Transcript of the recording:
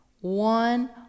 one